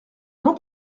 n’en